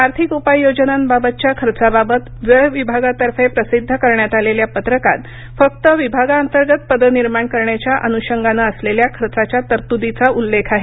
आर्थिक उपाययोजनांबाबतच्या खर्चाबाबत व्यय विभागातर्फे प्रसिद्ध करण्यात आलेल्या पत्रकात फक्त विभागाअंतर्गत पदं निर्माण करण्याच्या अनुषंगानं असलेल्या खर्चाच्या तरतुदीचा उल्लेख आहे